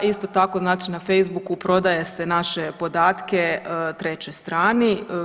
Isto tako znači na Facebook prodaje se naše podatke trećoj strani.